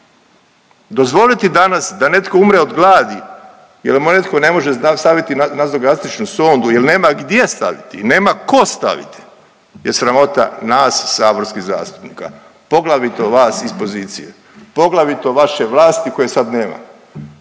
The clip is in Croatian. dozvoliti danas da netko umre od gladi jel mu netko ne može staviti nazogastričnu sondu jel nema gdje staviti i nema ko staviti je sramota nas saborskih zastupnika, poglavito vas iz pozicije, poglavito vaše vlasti koje sad nema.